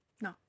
No